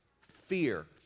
fear